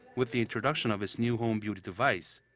with the introduction of its new home beauty device.